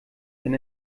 denn